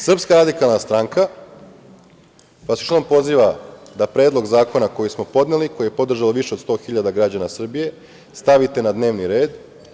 Srpska radikalna stranka vas još jednom poziva da predlog zakona koji smo podneli, koji je podržalo više od sto hiljada građana Srbije, stavite na dnevni red.